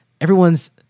everyone's